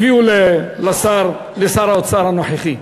הביאו לשר האוצר הנוכחי.